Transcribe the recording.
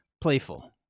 playful